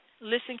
listen